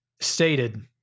stated